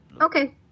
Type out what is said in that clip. Okay